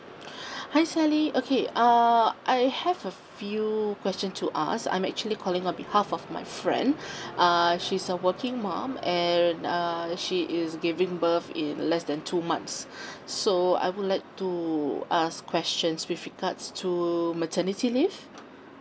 hi sally okay uh I have a few questions to ask I'm actually calling on behalf of my friend err she's a working mom and uh she is giving birth in less than two months so I would like to ask questions with regards to maternity leave